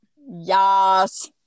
Yes